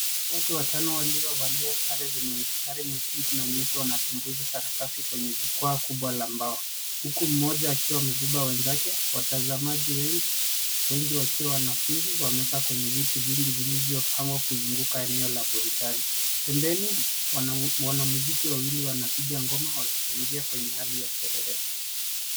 Watu watano waliovalia sare zenye mistari nyekundu na nyeupe wanatumbuiza sarakasi kwenye jukwaa kubwa la mbao. Huku mmoja akiwa amebeba wenzake, watazamaji wengi, wengi wakiwa wanafunzi wamekaa kwenye viti vingi vilivyopangwa kuzunguka eneo la burudani. Pembeni, wanamziki wawili wanapiga ngoma wakichangia kwenye hali ya sherehe.